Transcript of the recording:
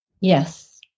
Yes